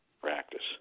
practice